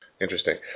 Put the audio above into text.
interesting